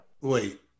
Wait